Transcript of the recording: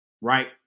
right